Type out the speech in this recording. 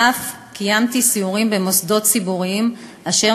ואף קיימתי סיורים במוסדות ציבוריים אשר